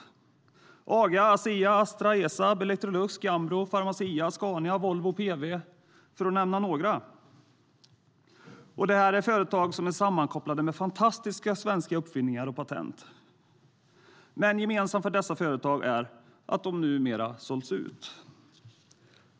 Det var Aga, Asea, Astra, Esab, Electrolux, Gambro, Pharmacia, Scania och Volvo PV - för att nämna några. Det här är företag som är sammankopplade med fantastiska svenska uppfinningar och patent, men gemensamt för dessa företag är att de numera har sålts ut.